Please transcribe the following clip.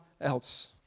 else